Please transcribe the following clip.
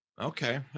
Okay